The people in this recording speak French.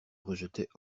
rejetaient